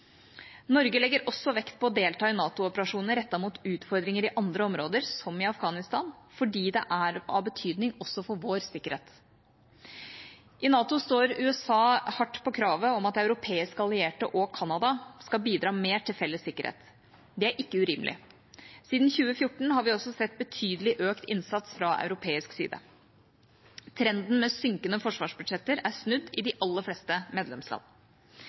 Norge legger også vekt på å delta i NATO-operasjoner rettet mot utfordringer i andre områder, som i Afghanistan, fordi det er av betydning også for vår sikkerhet. I NATO står USA hardt på kravet om at europeiske allierte og Canada skal bidra mer til felles sikkerhet. Det er ikke urimelig. Siden 2014 har vi også sett en betydelig økt innsats fra europeisk side. Trenden med synkende forsvarsbudsjetter er snudd i de aller fleste medlemsland.